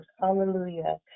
Hallelujah